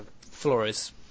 Flores